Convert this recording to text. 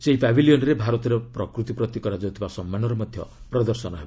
ସେହି ପାଭିଲିୟନ୍ରେ ଭାରତରେ ପ୍ରକୃତି ପ୍ରତି କରାଯାଉଥିବା ସମ୍ମାନର ମଧ୍ୟ ପ୍ରଦର୍ଶନ ହେବ